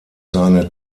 seine